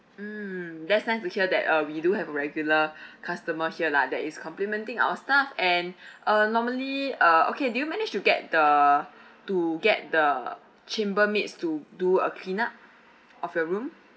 mm that's nice to hear that uh we do have a regular customer here lah that is complimenting our staff and uh normally uh okay do you manage to get the to get the chambermaids to do a clean up of your room